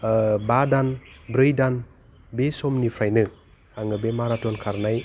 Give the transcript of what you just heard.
बा दान ब्रै दान बे समनिफ्रायनो आङो बे माराथन खारनाय